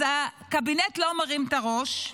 אז הקבינט לא מרים את הראש.